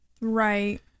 Right